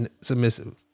submissive